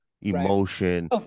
emotion